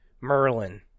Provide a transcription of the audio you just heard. Merlin